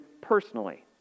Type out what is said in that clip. personally